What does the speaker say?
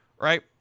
right